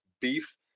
beef